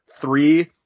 three